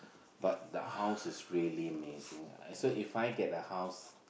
but the house is really amazing so If I get a house